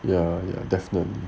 ya ya definitely